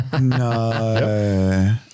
No